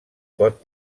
pot